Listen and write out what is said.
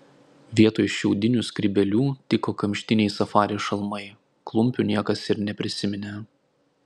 vietoj šiaudinių skrybėlių tiko kamštiniai safari šalmai klumpių niekas ir neprisiminė